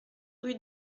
rue